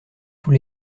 tous